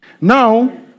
Now